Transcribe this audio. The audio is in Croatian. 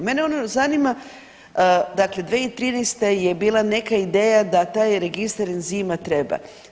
Mene ono zanima dakle, 2013. je bila neka ideja da taj registar enzima treba.